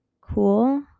cool